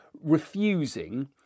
refusing